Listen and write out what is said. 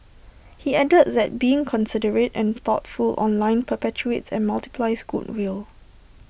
he added that being considerate and thoughtful online perpetuates and multiples goodwill